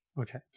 Okay